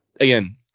again